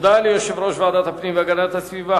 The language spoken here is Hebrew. תודה ליושב-ראש ועדת הפנים והגנת הסביבה,